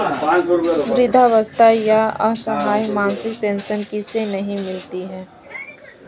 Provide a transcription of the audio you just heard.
वृद्धावस्था या असहाय मासिक पेंशन किसे नहीं मिलती है?